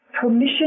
permission